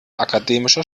akademischer